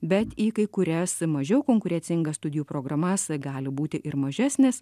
bet į kai kurias mažiau konkurencingas studijų programas gali būti ir mažesnis